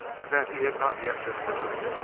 and that he had not yet been heard.